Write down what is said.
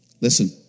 Listen